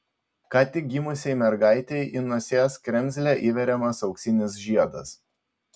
ką tik gimusiai mergaitei į nosies kremzlę įveriamas auksinis žiedas